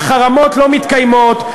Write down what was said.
והחרמות לא מתקיימים,